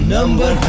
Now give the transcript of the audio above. Number